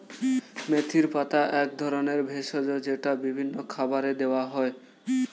মেথির পাতা এক ধরনের ভেষজ যেটা বিভিন্ন খাবারে দেওয়া হয়